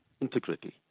integrity